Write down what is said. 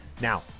Now